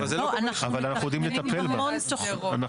אבל אנחנו יודעים לטפל בה בכלים אחרים.